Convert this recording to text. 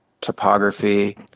topography